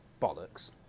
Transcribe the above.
bollocks